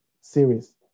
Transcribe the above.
series